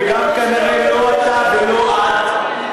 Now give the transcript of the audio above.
וגם כנראה לא אתה ולא את,